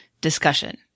discussion